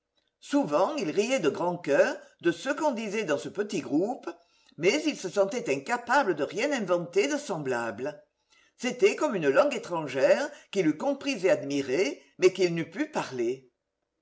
souvent il riait de grand coeur de ce qu'on disait dans ce petit groupe mais il se sentait incapable de rien inventer de semblable c'était comme une langue étrangère qu'il eût comprise et admirée mais qu'il n'eût pu parler